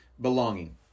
belonging